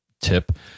tip